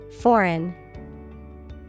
Foreign